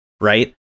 right